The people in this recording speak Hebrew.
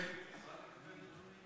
אוכל לקבל נתונים?